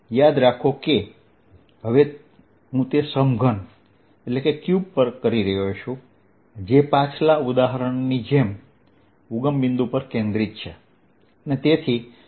યાદ રાખો હવે હું તે સમઘન પર કરી રહ્યો છું જે પાછલા ઉદાહરણની જેમ ઉગમ બિંદુ પર કેન્દ્રિત છે